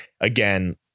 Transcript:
again